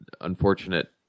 unfortunate